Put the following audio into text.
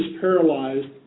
paralyzed